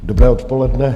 Dobré odpoledne.